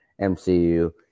MCU